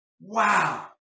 Wow